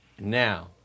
now